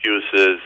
excuses